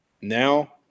Now